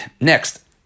Next